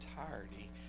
entirety